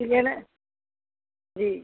ठीक है ना जी